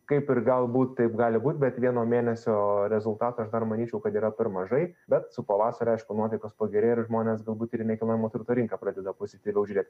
kaip ir galbūt taip gali būt bet vieno mėnesio rezultato aš dar manyčiau kad yra per mažai bet su pavasariu aišku nuotaikos pagerėja ir žmonės galbūt ir į nekilnojamo turto rinką pradeda pozityviau žiūrėt